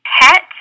Pet